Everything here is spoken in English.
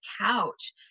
couch